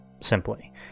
simply